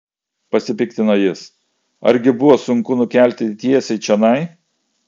pasipiktino jis argi buvo sunku nukelti tiesiai čionai